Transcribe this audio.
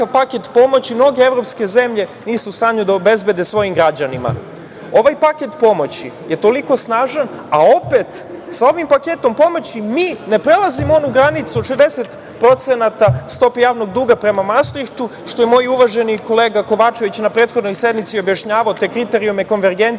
paket pomoći mnoge evropske zemlje nisu u stanju da obezbede svojim građanima. Ovaj paket pomoći je toliko snažan, a opet sa ovim paketom pomoći mi ne prelazimo onu granicu od 60% stope javnog duga prema Mastrihtu, što je moj uvaženi kolega Kovačević na prethodnoj sednici objašnjavao, te kriterijume konvergencije. Znači,